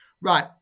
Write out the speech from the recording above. Right